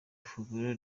funguro